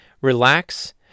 relax